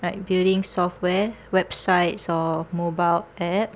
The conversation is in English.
like building software websites or mobile app